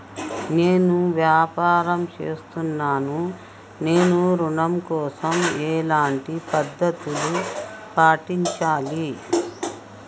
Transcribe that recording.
నేను వ్యాపారం చేస్తున్నాను నేను ఋణం కోసం ఎలాంటి పద్దతులు పాటించాలి?